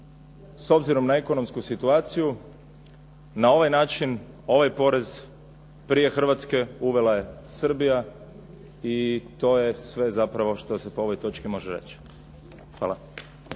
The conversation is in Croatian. S obzirom na ekonomsku situaciju, na ovaj način ovaj porez prije Hrvatske uvela je Srbija i to je sve zapravo što se po ovoj točki može reći. Hvala.